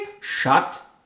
Shut